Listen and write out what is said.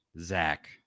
Zach